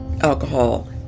alcohol